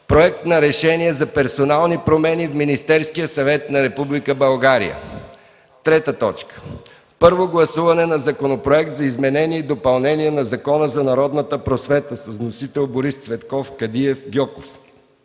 Проект на решение за персонални промени в Министерския съвет на Република България. 3. Първо гласуване на Законопроект за изменение и допълнение на Закона за народната просвета. Вносители: Борис Цветков, Георги